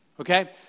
Okay